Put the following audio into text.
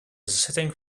setting